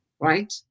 right